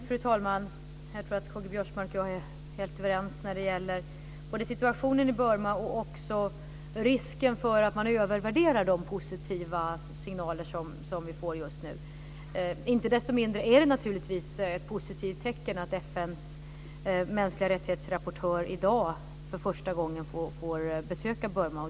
Fru talman! Jag tror att K-G Biörsmark och jag är helt överens när det gäller både situationen i Burma och risken för att man övervärderar de positiva signaler som vi får just nu. Inte desto mindre är det naturligtvis ett positivt tecken att FN:s rapportör för mänskliga rättigheter i dag för första gången får besöka Burma.